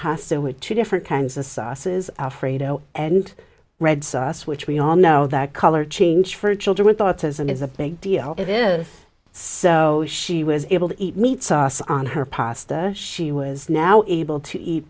pasta with two different kinds of sauces alfredo and red sauce which we all know that color change for children with autism is a big deal it is so she was able to eat meat sauce on her pasta she was now able to eat